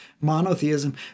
monotheism